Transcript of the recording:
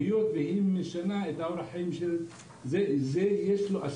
והיות והיא משנה אותו יש לזה השלכות